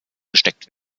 gesteckt